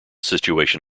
situation